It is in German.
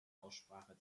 aussprache